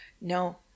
No